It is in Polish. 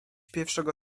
pierwszego